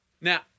Now